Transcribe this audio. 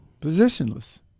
positionless